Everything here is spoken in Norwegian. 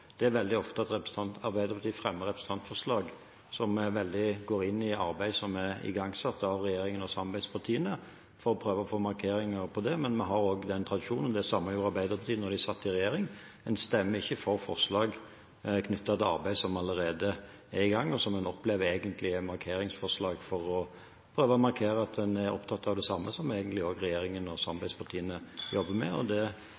på – veldig ofte fremmer representanter fra Arbeiderpartiet representantforslag som inngår i arbeid som er igangsatt av regjeringen og samarbeidspartiene, for å prøve å få markeringer av dem. Men vi har denne tradisjonen – og det samme hadde Arbeiderpartiet da de satt i regjering: En stemmer ikke for forslag knyttet til arbeid som allerede er i gang, og som en opplever egentlig er markeringsforslag for å prøve å markere at en er opptatt av det samme som regjeringen og samarbeidspartiene jobber med. Slike forslag blir ofte stemt ned i Stortinget – det